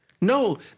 No